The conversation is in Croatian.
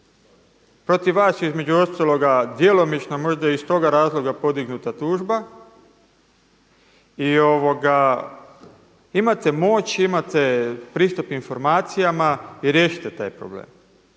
Protiv vas je između ostaloga djelomično možda iz toga razloga podignuta tužba i imate moć, imate pristup informacijama i riješite taj problem.